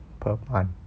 per month